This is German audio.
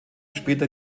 später